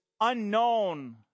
unknown